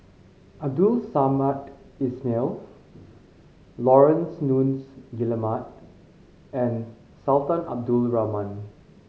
Abdul Samad Ismail Laurence Nunns Guillemard and Sultan Abdul Rahman